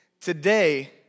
Today